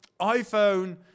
iPhone